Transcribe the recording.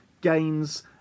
gains